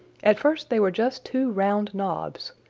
at first they were just two round knobs.